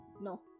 No